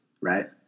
right